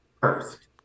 first